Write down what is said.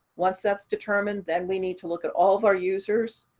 once that's determined, then we need to look at all of our users,